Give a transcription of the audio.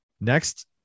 Next